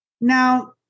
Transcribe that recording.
Now